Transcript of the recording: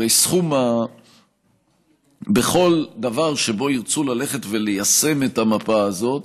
הרי בכל דבר שבו ירצו ללכת וליישם את המפה הזאת,